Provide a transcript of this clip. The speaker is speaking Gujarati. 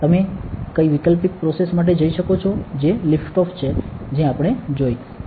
તમે કઈ વૈકલ્પિક પ્રોસેસ માટે જઇ શકો છો જે લિફ્ટ ઓફ છે જે આપણે જોઈ